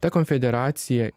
ta konfederacija